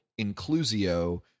inclusio